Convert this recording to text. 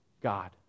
God